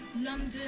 London